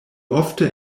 ofte